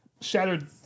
shattered